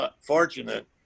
fortunate